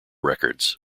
records